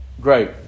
Great